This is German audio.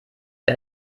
wer